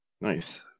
Nice